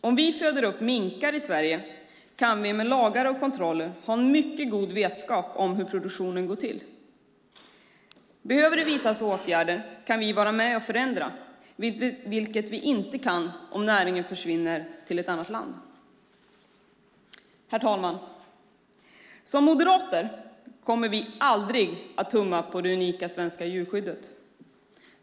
Om vi föder upp minkar i Sverige kan vi med lagar och kontroller ha en mycket god vetskap om hur produktionen går till. Behöver det vidtas åtgärder kan vi vara med och förändra, vilket vi inte kan om näringen försvinner till ett annat land. Herr talman! Som moderater kommer vi aldrig att tumma på det unika svenska djurskyddet.